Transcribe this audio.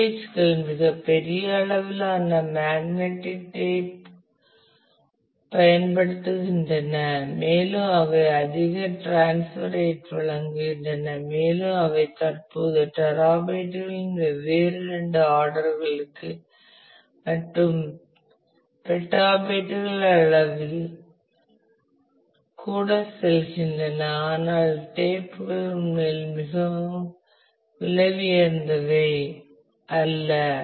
ஸ்டோரேஜ்கள் மிகப் பெரிய அளவிலான மேக்னடிக் டேப்களை பயன்படுத்தப்படுத்துகின்றன மற்றும் அவை அதிக டிரான்ஸ்பர் ரேட் வழங்குகின்றன மேலும் அவை தற்போது டெராபைட்டுகளின் வெவ்வேறு இரண்டு ஆர்டர்களுக்கு மற்றும் பெட்டாபைட்டுகள் அழவில் கூட செல்கின்றன ஆனால் டேப்கள் உண்மையில் மிகவும் விலை உயர்ந்தவை அல்ல